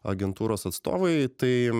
agentūros atstovai tai